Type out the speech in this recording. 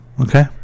Okay